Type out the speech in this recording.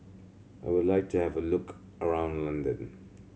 I would like to have a look around London